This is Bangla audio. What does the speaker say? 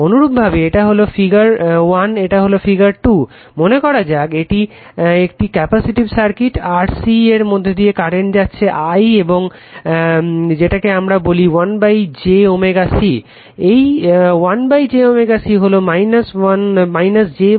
অনুরূপভাবে এটা হলো ফিগার 1 এটা হলো ফিগার 2 মনে করা যাক এটা একটি ক্যাপাসিটিভ সার্কিট RC এর মধ্যে দিয়ে কারেন্ট যাচ্ছে I এবং যেটাকে আমারা বলি 1j ω C এই 1j ω C হলো j ω C